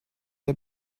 der